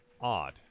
odd